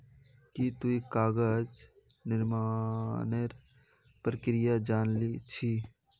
की तुई कागज निर्मानेर प्रक्रिया जान छि